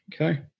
Okay